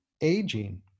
aging